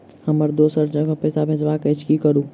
हमरा दोसर जगह पैसा भेजबाक अछि की करू?